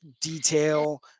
detail